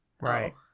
right